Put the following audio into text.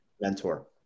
Mentor